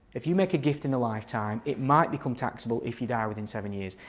if you make a gift in a lifetime it might become taxable if you die within seven years.